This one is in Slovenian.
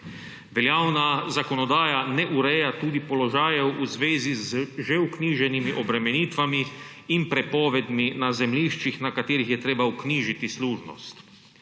Veljavna zakonodaja ne ureja tudi položajev v zvezi z že vknjiženimi obremenitvami in prepovedmi na zemljiščih, na katerih je treba vknjižiti služnost.